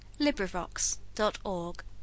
LibriVox.org